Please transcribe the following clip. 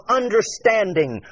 understanding